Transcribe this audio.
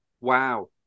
wow